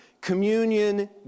Communion